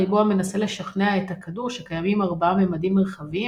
הריבוע מנסה לשכנע את הכדור שקיימים ארבעה ממדים מרחביים,